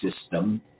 system